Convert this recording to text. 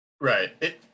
Right